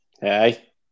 Hey